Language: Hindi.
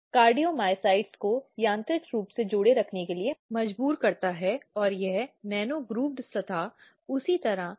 अब यह आंतरिक शिकायत समिति पर निर्भर करता है कि वह किस तरह की सिफारिशें करती है